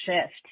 shift